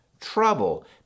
trouble